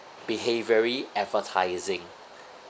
behavioral advertising